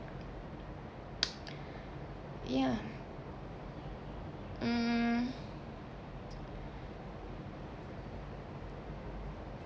ya mm